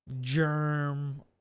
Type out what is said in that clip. germ